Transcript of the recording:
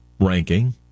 ranking